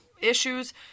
issues